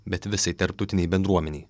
bet visai tarptautinei bendruomenei